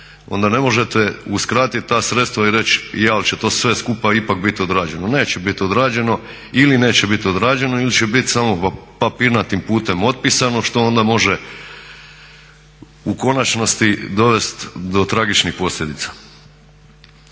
onda ne možete uskratiti ta sredstva i reći je ali će to sve skupa ipak biti odrađeno. Neće biti odrađeno ili neće bit odrađeno ili će bit samo papirnatim putem otpisano što onda može u konačnosti dovest do tragičnih posljedica.